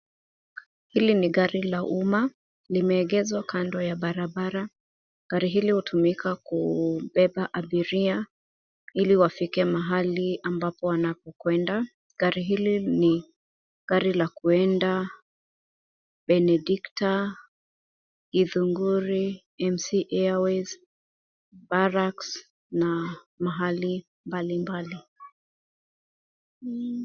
Hili ni gari la umma. Limeegeshwa kando ya barabara. Gari hili hutumika kubeba abiria ili wafike mahali ambapo wanakokuenda. Gari hili ni gari la kuenda Benedicta, Githunguri, MC Airways ,Barracks na mahali mbalimbali.